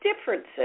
differences